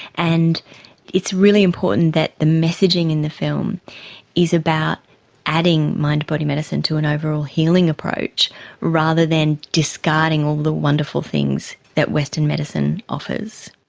and it's really important that the messaging in the film is about adding mind body medicine to an overall healing approach rather than discarding all the wonderful things that western medicine offers.